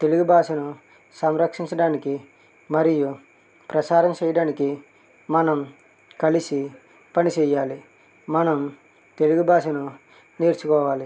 తెలుగు భాషను సంరక్షించడానికి మరియు ప్రసారం చేయడానికి మనం కలిసి పనిచేయాలి మనం తెలుగు భాషను నేర్చుకోవాలి